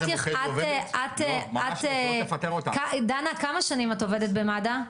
דנה, כמה שנים את עובדת במד"א?